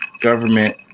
government